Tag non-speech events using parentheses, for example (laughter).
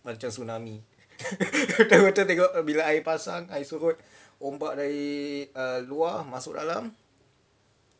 macam tsunami (laughs) betul-betul tengok bila air pasang air surut ombak dari luar masuk dalam